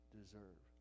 deserve